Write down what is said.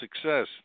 success